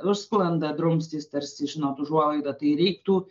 užsklanda drumstys tarsi žinot užuolaida tai reiktų